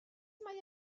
mae